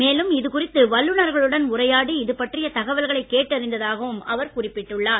மேலும் இது குறித்து வல்லுநர்களுடன் உரையாடி இதுபற்றிய தகவல்களை கேட்டு அறிந்ததாகவும் அவர் குறிப்பிட்டுள்ளார்